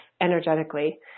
energetically